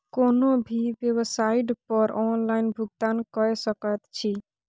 कोनो भी बेवसाइट पर ऑनलाइन भुगतान कए सकैत छी